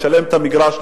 לשלם את המגרש,